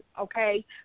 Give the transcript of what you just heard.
okay